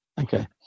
Okay